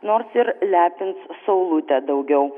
nors ir lepins saulutė daugiau